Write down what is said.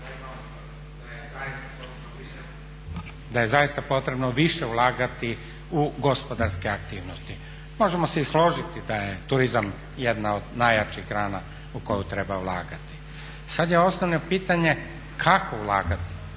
da je zaista potrebno više ulagati u gospodarske aktivnosti. Možemo se i složiti da je turizam jedna od najjačih grana u koju treba ulagati. Sad je osnovno pitanje kako ulagati?